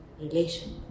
relation